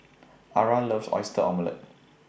Ara loves Oyster Omelette